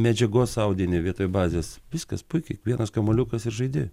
medžiagos audinį vietoj bazės viskas puikiai vienas kamuoliukas ir žaidi